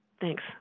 Thanks